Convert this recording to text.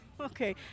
Okay